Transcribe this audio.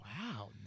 Wow